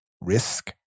risk